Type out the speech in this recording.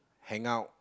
hang out